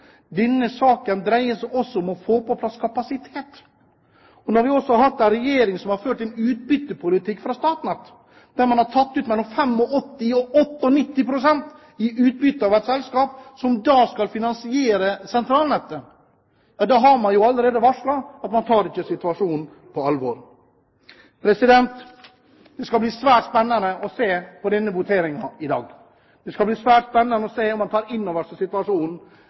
seg også om å få på plass kapasitet. Når vi også har en regjering som har ført en utbyttepolitikk overfor Statnett der man har tatt ut mellom 85 og 98 pst. i utbytte av et selskap som skal finansiere sentralnettet, har man allerede varslet at man ikke tar situasjonen på alvor. Det skal bli svært spennende å se på denne voteringen i dag. Det skal bli svært spennende å se om man tar inn over seg situasjonen,